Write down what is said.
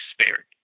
spared